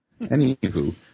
Anywho